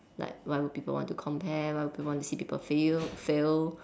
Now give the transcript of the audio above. like why would people want to compare why would people want to see people fail fail